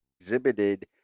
exhibited